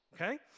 Okay